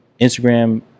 Instagram